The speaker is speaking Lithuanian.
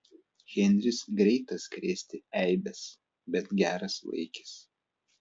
henris greitas krėsti eibes bet geras vaikis